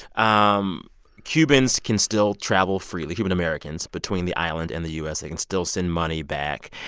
um cubans can still travel freely cuban americans between the island and the u s. they can still send money back.